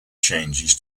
changes